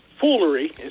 foolery